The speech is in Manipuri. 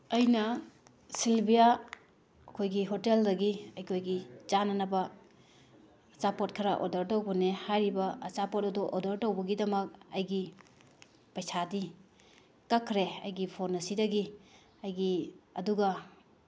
ꯑꯩꯅ ꯁꯤꯜꯕꯤꯌꯥ ꯑꯩꯈꯣꯏꯒꯤ ꯍꯣꯇꯦꯜꯗꯒꯤ ꯑꯩꯈꯣꯏꯒꯤ ꯆꯥꯅꯅꯕ ꯑꯆꯥꯄꯣꯠ ꯈꯔ ꯑꯣꯔꯗꯔ ꯇꯧꯕꯅꯦ ꯍꯥꯏꯔꯤꯕ ꯑꯆꯥꯄꯣꯠ ꯑꯗꯨ ꯑꯣꯔꯗꯔ ꯇꯧꯕꯒꯤꯗꯃꯛꯇ ꯑꯩꯒꯤ ꯄꯩꯁꯥꯗꯤ ꯀꯛꯈ꯭ꯔꯦ ꯑꯩꯒꯤ ꯐꯣꯟ ꯑꯁꯤꯗꯒꯤ ꯑꯩꯒꯤ ꯑꯗꯨꯒ